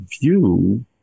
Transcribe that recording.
View